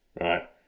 right